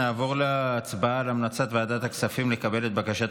נעבור להצבעה על המלצת ועדת הכספים לקבל את בקשת